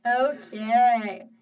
Okay